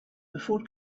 before